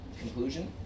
conclusion